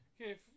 Okay